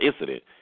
incident